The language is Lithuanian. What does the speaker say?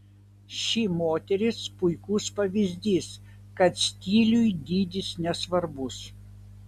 ši moteris puikus pavyzdys kad stiliui dydis nesvarbus